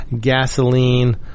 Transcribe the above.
gasoline